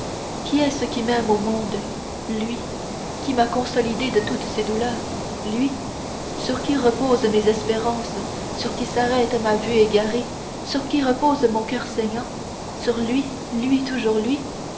qui est-ce qui m'aime au monde lui qui m'a consolée de toutes mes douleurs lui sur qui reposent mes espérances sur qui s'arrête ma vue égarée sur qui repose mon coeur saignant sur lui lui toujours lui